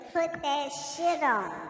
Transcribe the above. Put-That-Shit-On